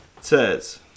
says